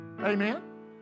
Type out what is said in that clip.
Amen